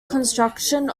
construction